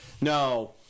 no